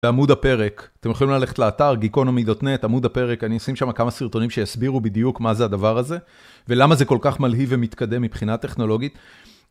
בעמוד הפרק, אתם יכולים ללכת לאתר geekonomy.net, עמוד הפרק, אני אשים שם כמה סרטונים שיסבירו בדיוק מה זה הדבר הזה, ולמה זה כל כך מלהיב ומתקדם מבחינה טכנולוגית.